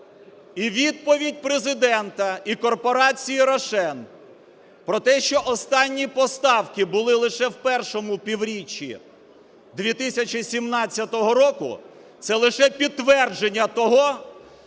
І відповідь Президента і корпорації "Рошен" про те, що останні поставки були лише в першому півріччі 2017 року, це лише підтвердження того,